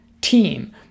team